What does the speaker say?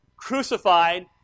Crucified